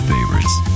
Favorites